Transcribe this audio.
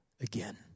again